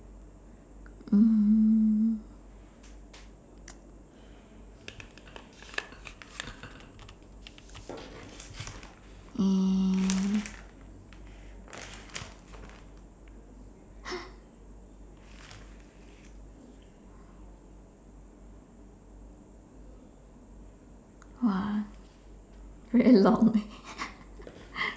mm !wah! very long leh